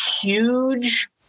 huge